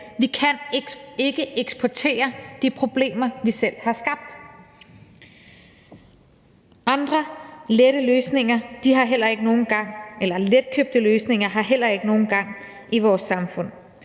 Vi kan ikke eksportere de problemer, vi selv har skabt. Andre letkøbte løsninger har heller ikke nogen gang på jord i vores samfund.